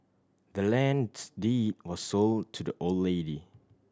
the land's deed was sold to the old lady